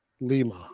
Lima